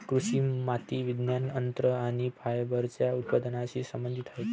कृषी माती विज्ञान, अन्न आणि फायबरच्या उत्पादनाशी संबंधित आहेत